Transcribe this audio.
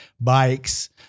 bikes